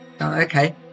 okay